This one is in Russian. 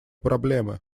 проблемы